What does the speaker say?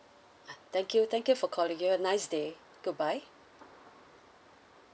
uh thank you thank you for calling you a nice day goodbye